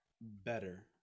better